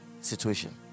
situation